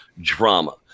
drama